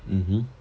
mmhmm